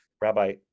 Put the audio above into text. Rabbi